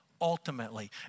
ultimately